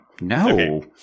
No